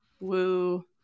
woo